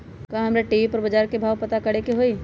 का हमरा टी.वी पर बजार के भाव पता करे के होई?